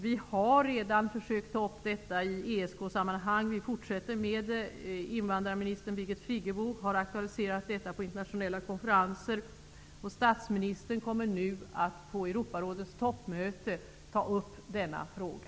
Vi har redan försökt att ta upp den frågan i ESK sammanhang, och det fortsätter vi med. Birgit Friggebo har aktualiserat problemet på internationella konferenser, och vid Europarådets toppmöte kommer statsministern att ta upp denna fråga.